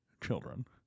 children